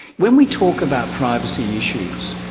when we talk about privacy issues,